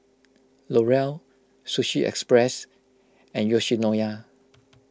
L'Oreal Sushi Express and Yoshinoya